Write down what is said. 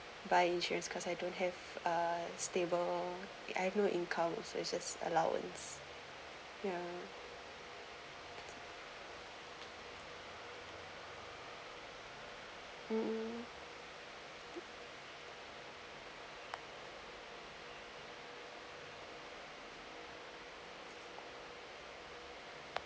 buy insurance because I don't have uh stable annual income also as allowance ya um